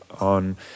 on